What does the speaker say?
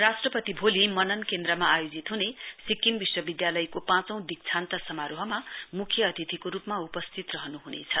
राष्ट्रपति भोलि मनन केन्द्रमा आयोजित हुने सिक्किम विश्वविद्यालयको पाँचौं दीक्षान्त समारोहमा मुख्य अतिथिको रूपमा उपस्थित रहनु हुनेछ